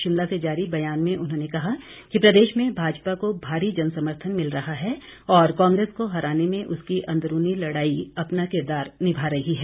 शिमला से जारी बयान में उन्होंने कहा कि प्रदेश में भाजपा को भारी जनसमर्थन मिल रहा है और कांग्रेस को हराने में उसकी अंदरूनी लड़ाई अपना किरदार निभा रही है